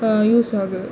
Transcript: use ஆகுது